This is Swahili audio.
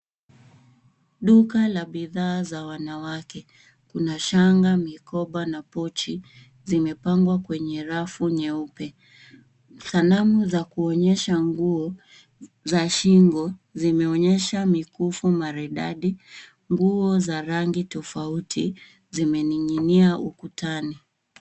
Duka la bidhaa za wanawake. Kuna shanga, mikoba na pochi zimepangwa kwenye rafu nyeupe. Sanamu za kuonyesha nguo za shingo zimeonyesha mikufu maridadi, nguo za rangi tofauti zimening'inia ukutani.